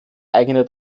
eigene